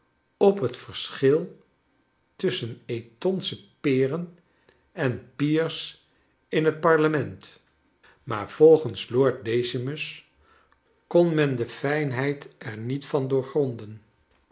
op het verschil tusschen etonsche peren en peers in het parlement maar volgens lord decimus kon men de fijnheid er niet van doorgronden